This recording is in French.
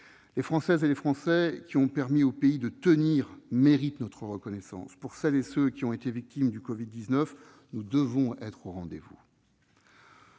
Les Françaises et les Français qui ont permis au pays de tenir méritent notre reconnaissance. Pour celles et ceux qui ont été victimes du Covid-19, nous devons être au rendez-vous.